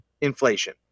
inflation